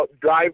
drive